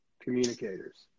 communicators